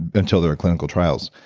until there are clinical trials.